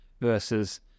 versus